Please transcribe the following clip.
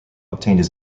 obtained